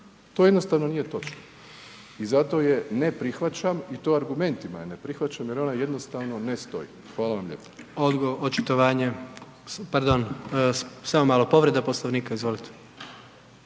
To jednostavno nije točno i zato je ne prihvaćam i to argumentima je ne prihvaćam jer ona jednostavno ne stoji. Hvala vam lijepo. **Jandroković, Gordan (HDZ)** Odgovor, očitovanje. Pardon, samo malo. Povreda Poslovnika. Izvolite.